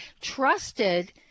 trusted